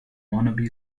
wannabe